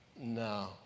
no